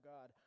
God